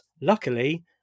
luckily